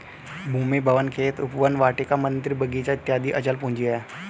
भूमि, भवन, खेत, उपवन, वाटिका, मन्दिर, बगीचा इत्यादि अचल पूंजी है